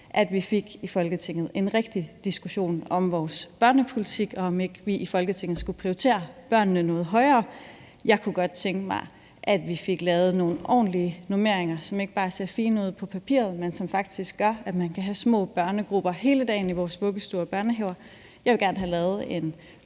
at vi i Folketinget fik en rigtig diskussion om vores børnepolitik og om, om vi i Folketinget ikke skulle prioritere børnene noget højere. Jeg kunne godt tænke mig, at vi fik lavet nogle ordentlige normeringer, som ikke bare ser fine ud på papiret, men som faktisk gør, at man kan have små børnegrupper hele dagen i vores vuggestuer og børnehaver. Jeg vil gerne have, at vi